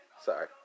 sorry